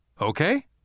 Okay